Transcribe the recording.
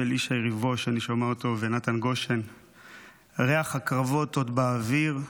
שאני שומע אותו: "ריח הקרבות עוד באוויר,